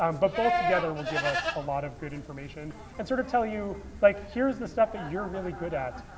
um but both together will give us a lot of good information and sort of tell you, like here is the stuff that you're really good at.